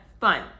fun